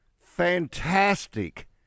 fantastic